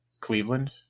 Cleveland